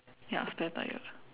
ya spare tyre